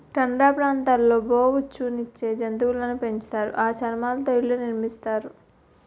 tundra ప్రాంతాల్లో బొఉచ్చు నిచ్చే జంతువులును పెంచుతారు ఆ చర్మాలతో ఇళ్లు నిర్మించుతారు